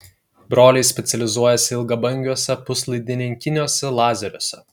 broliai specializuojasi ilgabangiuose puslaidininkiniuose lazeriuose